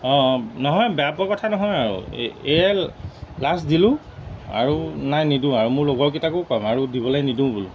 অঁ অঁ নহয় বেয়া পোৱা কথা নহয় আৰু এই লাষ্ট দিলোঁ আৰু নাই নিদিওঁ আৰু মোৰ লগৰকেইটাকো কম আৰু দিবলৈ নিদিওঁ বোলো